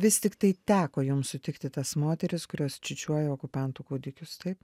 vis tiktai teko jum sutikti tas moteris kurios čiūčiuoja okupantų kūdikius taip